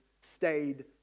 stayed